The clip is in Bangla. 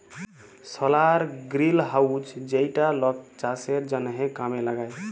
সলার গ্রিলহাউজ যেইটা লক চাষের জনহ কামে লাগায়